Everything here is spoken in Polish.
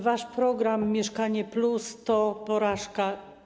Wasz program „Mieszkanie +” to porażka.